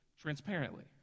transparently